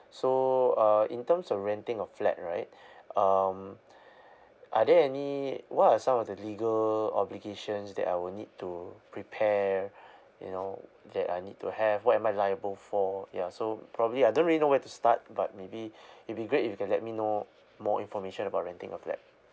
so uh in terms of renting a flat right um are there any what are some of the legal obligations that I will need to prepare you know that I need to have what am I liable for yeah so probably I don't really know where to start but maybe it'll be great you can let me know more information about renting a flat